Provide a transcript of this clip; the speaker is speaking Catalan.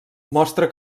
mostra